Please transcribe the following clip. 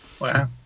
wow